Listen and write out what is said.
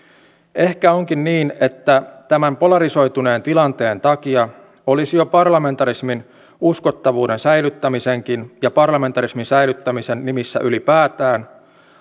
ehkä onkin niin että tämän polarisoituneen tilanteen takia olisi jo parlamentarismin uskottavuuden säilyttämisenkin ja ylipäätään parlamentarismin säilyttämisen nimissä